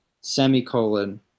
semicolon